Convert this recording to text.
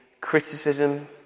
criticism